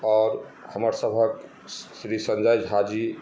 आओर हमरसभक श्री संजय झाजी